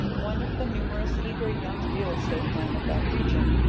one of the numerous eager young real estate men of that region,